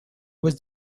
was